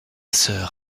sœur